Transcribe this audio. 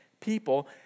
people